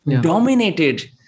dominated